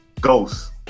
Ghost